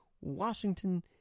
Washington